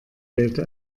wählte